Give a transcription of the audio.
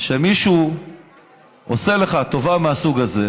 שכשמישהו עושה לך טובה מהסוג הזה,